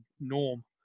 norm